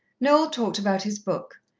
noel talked about his book,